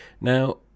Now